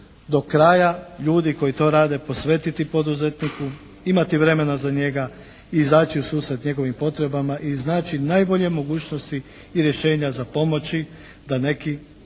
do kraja ljudi koji to rade posvetiti poduzetniku, imati vremena za njega, izaći u susret njegovim potrebama i iznaći najbolje mogućnosti i rješenja za pomoći da neki